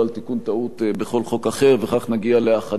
וכך נגיע להאחדה ולפישוט של הדברים.